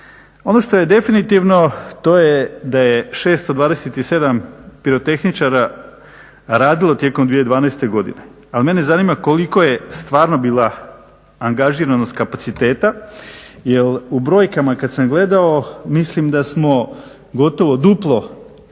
Ono što je definitivno to je da je 627 pirotehničara radilo tijekom 2012.godine ali mene zanima koliko je stvarno bila angažiranost kapaciteta jer u brojkama i kad sam gledao mislim da smo gotovo duplo